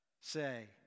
Say